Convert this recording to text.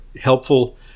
helpful